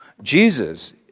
Jesus